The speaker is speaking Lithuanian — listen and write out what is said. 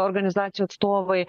organizacijų atstovai